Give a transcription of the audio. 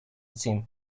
seem